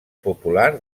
popular